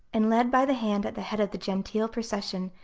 and led by the hand at the head of the genteel procession,